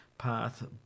path